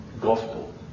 Gospel